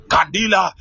Kadila